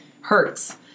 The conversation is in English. hurts